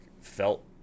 felt